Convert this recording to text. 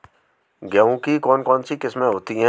गेहूँ की कौन कौनसी किस्में होती है?